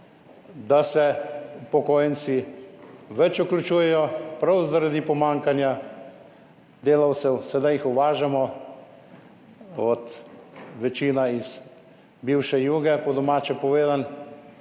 da se upokojenci več vključujejo prav zaradi pomanjkanja delavcev, sedaj jih uvažamo večinoma iz bivše Juge, po domače povedano,